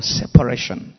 separation